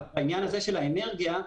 בעניין הזה של האנרגיה,